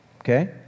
Okay